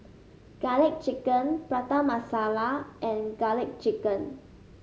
garlic chicken Prata Masala and garlic chicken